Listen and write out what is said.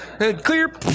clear